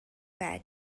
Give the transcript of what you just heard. bag